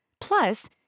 Plus